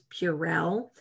Purell